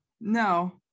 No